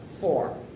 four